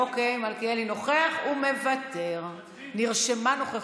אוקי, מלכיאלי נוכח ומוותר, נרשמה נוכחותך.